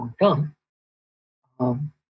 long-term